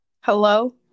hello